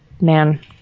man